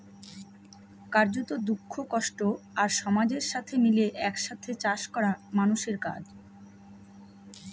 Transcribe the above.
কার্যত, দুঃখ, কষ্ট আর সমাজের সাথে মিলে এক সাথে চাষ করা মানুষের কাজ